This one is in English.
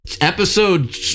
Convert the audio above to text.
episode